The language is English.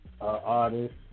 artist